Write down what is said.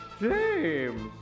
James